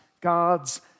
God's